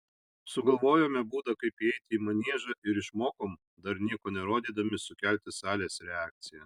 sugalvojome būdą kaip įeiti į maniežą ir išmokom dar nieko nerodydami sukelti salės reakciją